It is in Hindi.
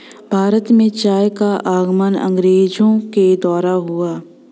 भारत में चाय का आगमन अंग्रेजो के द्वारा हुआ